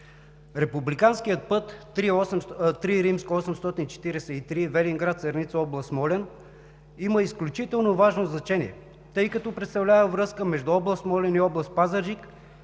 Републиканският път III-843 Велинград – Сърница, област Смолян, има изключително важно значение, тъй като представлява връзка между област Смолян и област Пазарджик